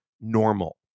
normal